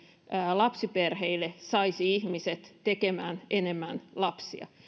lapsiperheille saisi ihmiset tekemään enemmän lapsia